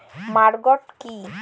Maggot কি?